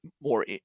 more